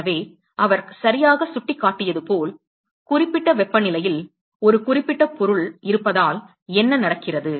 எனவே அவர் சரியாகச் சுட்டிக் காட்டியது போல் குறிப்பிட்ட வெப்பநிலையில் ஒரு குறிப்பிட்ட பொருள் இருப்பதால் என்ன நடக்கிறது